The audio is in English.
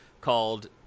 called